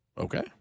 Okay